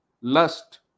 lust